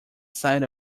sight